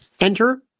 enter